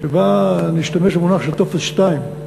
שלפיה נשתמש במונח של טופס 2,